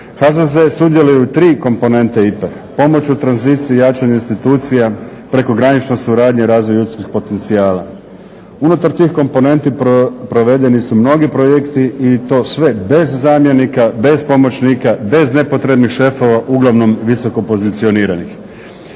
HZZ sudjeluje i u tri komponente IPA-e, pomoć u tranziciji, jačanje institucija, prekogranična suradnja i razvoj ljudskih potencijala. Unutar tih komponenti provedeni su mnogi projekti i to sve bez zamjenika, bez pomoćnika, bez nepotrebnih šefova uglavnom visoko pozicioniranih.